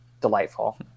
delightful